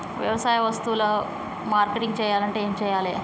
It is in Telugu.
వ్యవసాయ వస్తువులు మార్కెటింగ్ చెయ్యాలంటే ఏం చెయ్యాలే?